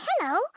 hello